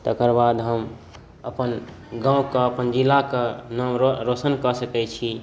तकर बाद हम अपन गामके जिलाके नाम रो रोशन कऽ सकै छी